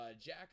Jack